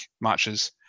matches